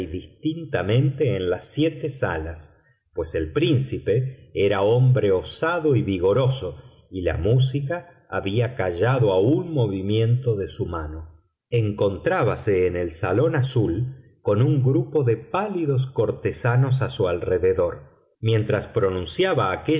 distintamente en las siete salas pues el príncipe era hombre osado y vigoroso y la música había callado a un movimiento de su mano encontrábase en el salón azul con un grupo de pálidos cortesanos a su alrededor mientras pronunciaba